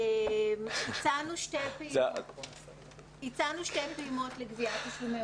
‏הצענו שתי פעימות לגביית תשלומי הורים.